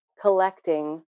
collecting